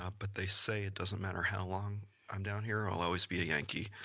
ah but they say it doesn't matter how long i'm down here i'll always be a yankee.